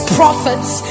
prophets